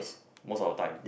most of the time